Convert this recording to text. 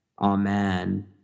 Amen